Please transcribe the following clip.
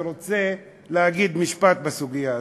ואני רוצה להגיד משפט בסוגיה הזאת: